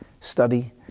study